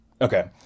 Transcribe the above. Okay